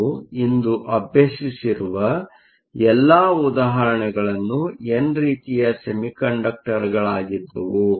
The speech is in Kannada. ನೀವು ಇಂದು ಅಭ್ಯಸಿಸಿರುವ ಎಲ್ಲಾ ಉದಾಹರಣೆಗಳು ಎನ್ ರೀತಿಯ ಸೆಮಿಕಂಡಕ್ಟರ್ಗಳಾಗಿದ್ದವು